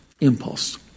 Impulse